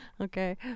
okay